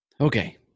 Okay